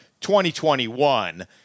2021